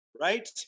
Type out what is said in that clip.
right